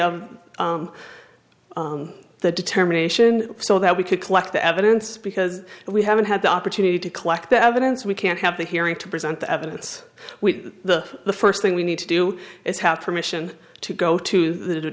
of the determination so that we could collect the evidence because we haven't had the opportunity to collect the evidence we can't have the hearing to present the evidence we the first thing we need to do is have permission to go to the